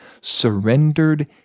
surrendered